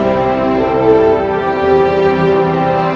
or